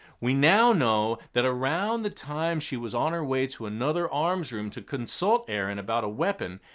we now know that around the time she was on her way to another arms room to consult aaron about a weapon,